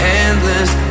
endless